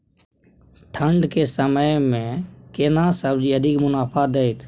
ठंढ के समय मे केना सब्जी अधिक मुनाफा दैत?